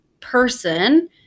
person